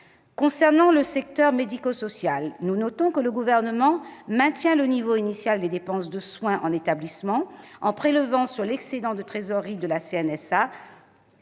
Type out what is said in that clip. Concernant le secteur médico-social, nous notons que le Gouvernement maintient le niveau initial des dépenses de soins en établissements, en prélevant sur l'excédent de trésorerie de la